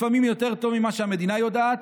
לפעמים יותר טוב ממה שהמדינה יודעת,